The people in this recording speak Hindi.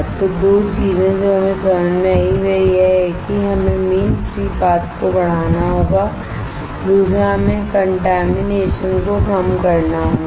तो 2 चीजें जो हमें समझ में आईं वह यह है कि हमें मीन फ्री पाथ को बढ़ाना होगा दूसरा हमें कॉन्टेमिनेशन को कम करना होगा